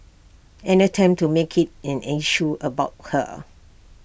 and attempt to make IT and an issue about her